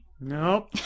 nope